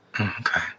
Okay